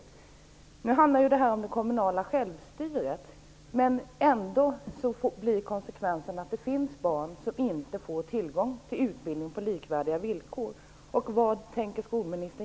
Det handlar här om det kommunala självstyret, men konsekvensen blir ändå att det finns barn som inte får tillgång till utbildning på likvärdiga villkor.